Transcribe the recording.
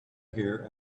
here